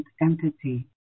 entity